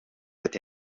ati